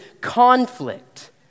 conflict